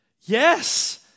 Yes